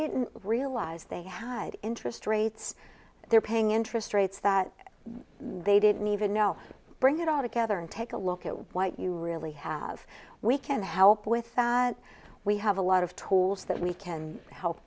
didn't realize they had interest rates they're paying interest rates that they didn't even know bring it all together and take a look at what you really have we can help with that we have a lot of tools that we can help